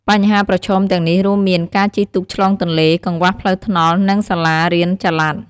បញ្ហាប្រឈមទាំងនេះរួមមាន ការជិះទូកឆ្លងទន្លេ កង្វះផ្លូវថ្នល់ និងសាលារៀនចល័ត។